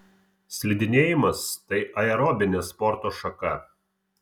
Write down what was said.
slidinėjimas tai aerobinė sporto šaka